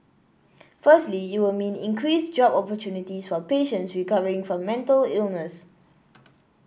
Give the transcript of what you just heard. firstly it will mean increased job opportunities for patients recovering from mental illness